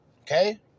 Okay